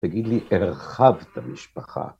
תגיד לי, הרחבת את המשפחה.